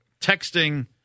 texting